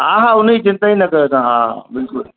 हा हा हुनजी चिंता ई न कयो तव्हां हा बिल्कुलु